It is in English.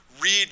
read